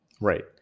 right